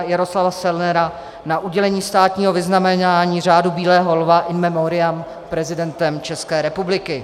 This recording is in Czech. Ing. Jaroslava Selnera na udělení státního vyznamenání, Řádu bílého lva in memoriam, prezidentem České republiky.